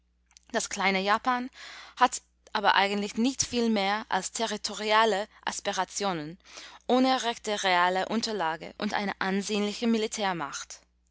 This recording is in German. das kleine japan hat aber eigentlich nicht viel mehr als territoriale aspirationen ohne rechte reale unterlage und eine ansehnliche